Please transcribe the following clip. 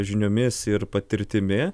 žiniomis ir patirtimi